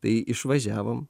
tai išvažiavom